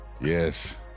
Yes